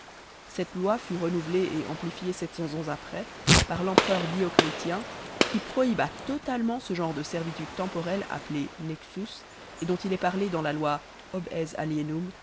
cette loi fut renouvelée et amplifiée ans après par l'empereur dioclétien qui prohiba totalement ce genre de servitude temporelle appelée nexus et dont il est parlé dans la loi ob